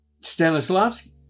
Stanislavski